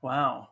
Wow